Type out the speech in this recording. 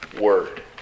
word